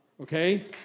Okay